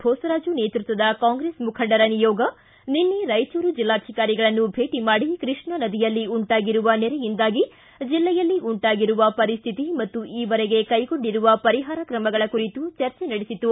ಭೋಸರಾಜು ನೇತೃತ್ವದ ಕಾಂಗ್ರೆಸ್ ಮುಖಂಡರ ನಿಯೋಗ ನಿನ್ನೆ ರಾಯಚೂರು ಜಿಲ್ಲಾಧಿಕಾರಿಗಳನ್ನು ಭೇಟ ಮಾಡಿ ಕೃಷ್ಣಾ ನದಿಯಲ್ಲಿ ಉಂಟಾಗಿರುವ ನೆರೆಯಿಂದಾಗಿ ಜಿಲ್ಲೆಯಲ್ಲಿ ಉಂಟಾಗಿರುವ ಪರಿಸ್ಟಿತಿ ಮತ್ತು ಈವರೆಗೆ ಕೈಗೊಂಡಿರುವ ಪರಿಹಾರ ಕ್ರಮಗಳ ಕುರಿತು ಚರ್ಚೆ ನಡೆಸಿತು